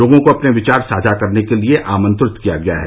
लोगों को अपने विचार साझा करने के लिए आंमत्रित किया गया है